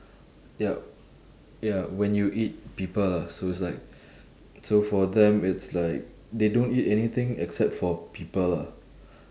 yup ya when you eat people lah so it's like so for them it's like they don't eat anything except for people lah